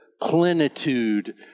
plenitude